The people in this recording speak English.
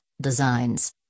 designs